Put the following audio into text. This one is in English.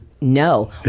No